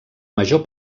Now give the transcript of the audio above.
major